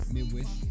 Midwest